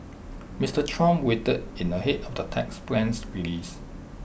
Mister Trump weighed in ahead of the tax plan's release